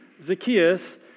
Zacchaeus